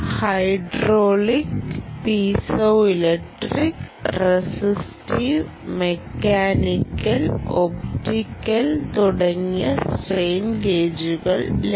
hydraulic piezoelectric resistive mechanical optical തുടങ്ങിയ strain ഗേജുകൾ ലഭിക്കും